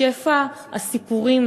שפע הסיפורים,